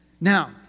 Now